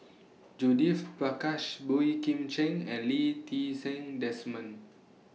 Judith Prakash Boey Kim Cheng and Lee Ti Seng Desmond